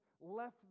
left